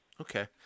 Okay